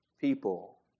people